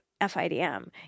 FIDM